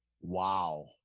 Wow